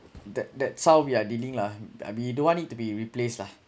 that that's how we are dealing lah but we don't want it to be replaced lah